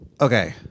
Okay